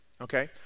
Okay